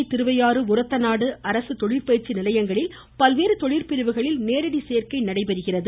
தஞ்சை திருவையாழு ஒரத்தநாடு அரசு தொழிற்பயிற்சி நிலையங்களில் பல்வேறு தொழிற்பிரிவுகளில் நேரடி சேர்க்கை நடைபெறுகிறது